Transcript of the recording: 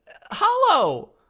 hollow